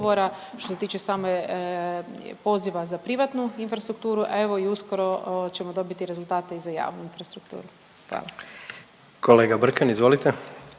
što se tiče same poziva za privatnu infrastrukturu, a evo i uskoro ćemo dobiti rezultate i za javnu infrastrukturu. Hvala. **Jandroković,